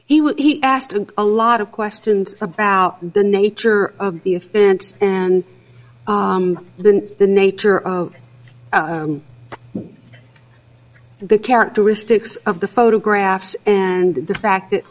what he asked a lot of questions about the nature of the offense and then the nature of the characteristics of the photographs and the fact that